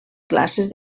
classes